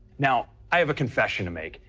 now, i have a confession to make.